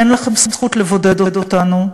אין לכם זכות לבודד אותנו,